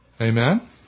Amen